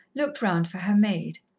looked round for her maid.